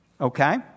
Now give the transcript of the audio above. Okay